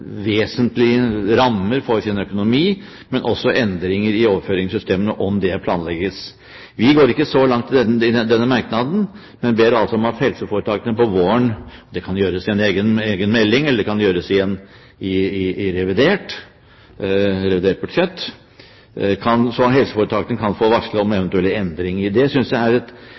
vesentlige rammer for sin økonomi, men også endringer i overføringssystemene, om det planlegges. Vi går ikke så langt i denne merknaden, men ber altså om at helseforetakene om våren – det kan gjøres i en egen melding, eller det kan gjøres i revidert budsjett – kan få varsel om eventuelle endringer. Det synes jeg er et